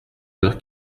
peur